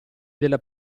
della